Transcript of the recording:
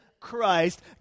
Christ